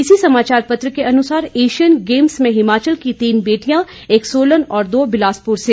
इसी समाचार पत्र के अनुसार एशियन गेम्स में हिमाचल की तीन बेटियां एक सोलन और दो बिलासपुर से